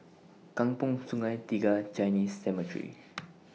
Kampong Sungai Tiga Chinese Cemetery